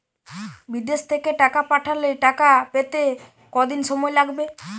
বিদেশ থেকে টাকা পাঠালে টাকা পেতে কদিন সময় লাগবে?